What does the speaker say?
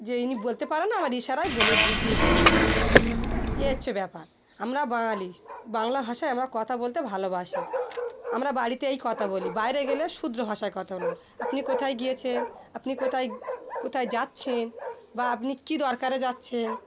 যে ইনি বলতে পারেন না আমার ইশারায় বলে বুঝিয়ে দিয়েছে এই হচ্ছে ব্যাপার আমরা বাঙালি বাংলা ভাষায় আমরা কথা বলতে ভালোবাসি আমরা বাড়িতে এই কথা বলি বাইরে গেলে শুদ্ধ ভাষায় কথা বলবো আপনি কোথায় গিয়েছেন আপনি কোথায় কোথায় যাচ্ছেন বা আপনি কী দরকারে যাচ্ছেন